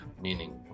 meaning